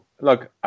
look